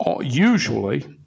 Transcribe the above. usually